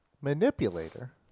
Manipulator